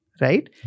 right